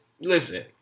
listen